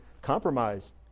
compromise